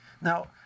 Now